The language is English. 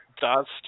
dust